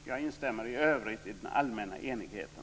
Jag instämmer i övrigt i den allmänna enigheten.